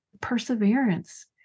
perseverance